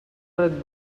red